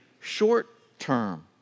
short-term